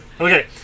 Okay